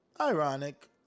ironic